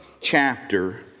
chapter